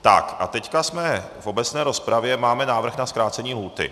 Tak a teď jsme v obecné rozpravě, máme návrh na zkrácení lhůty.